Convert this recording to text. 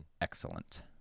Excellent